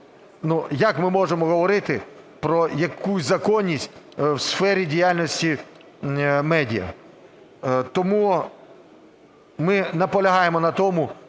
як ми можемо говорити про якусь законність в сфері діяльності медіа? Тому ми наполягаємо на тому,